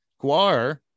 guar